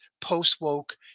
post-woke